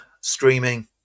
streaming